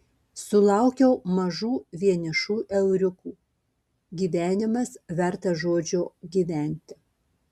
sulaukiau mažų vienišų euriukų gyvenimas vertas žodžio gyventi